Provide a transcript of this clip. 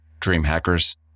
Dreamhackers